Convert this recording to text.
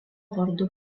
vardu